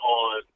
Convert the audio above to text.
on